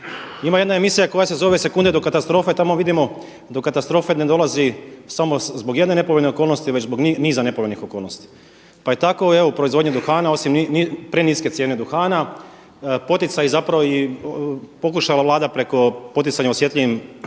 ima jedna emisija koja se zove „Sekunde do katastrofe“ tamo vidimo do katastrofe ne dolazi samo zbog jedne nepovoljne okolnosti, već zbog niza nepovoljnih okolnosti. Pa i tako i u proizvodnji duhana osim preniske cijene duhana poticaji i pokušala je Vlada preko poticanja osjetljivim